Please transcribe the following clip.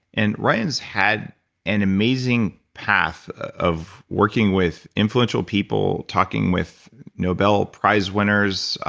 and ryan's had an amazing path of working with influential people, talking with nobel prize winners,